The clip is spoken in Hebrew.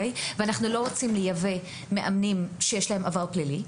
ואנחנו לא רוצים לייבא מאמנים שיש להם עבר פלילי.